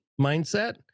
Mindset